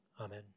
Amen